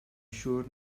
siŵr